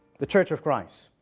the church of christ.